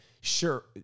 sure